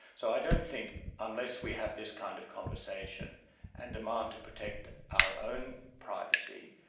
so i don't think, unless we have this kind of conversation and demand to protect our own privacy,